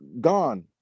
gone